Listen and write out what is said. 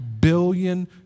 billion